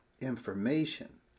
information